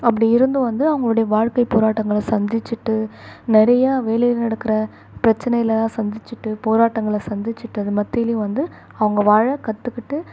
அப்படி இருந்தும் வந்து அவங்களுடைய வாழ்க்கை போராட்டங்களை சந்திச்சிட்டு நிறையா வேலையில் நடக்கிற பிரச்சனைகளெல்லாம் சந்திச்சிட்டு போராட்டங்களை சந்திச்சிட்டு அது மத்தியிலியும் வந்து அவங்க வாழ கற்றுக்கிட்டு